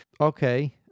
Okay